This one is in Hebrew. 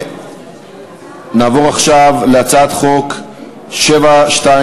נעבור עכשיו להצעת חוק 729,